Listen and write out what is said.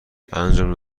انجام